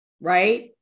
right